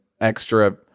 extra